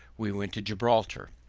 we went to gibraltar,